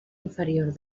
inferior